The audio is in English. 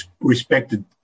respected